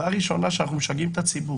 בעיה ראשונה היא שאנחנו משגעים את הציבור.